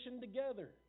together